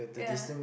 yeah